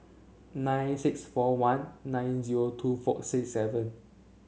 nine six four one nine zero two four six seven